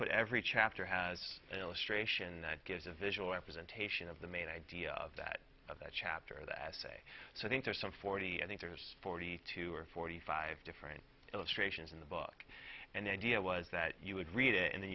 put every chapter has an illustration that gives a visual representation of the main idea of that of that chapter that say so these are some forty i think there's forty two or forty five different illustrations in the book and idea was that you would read it and then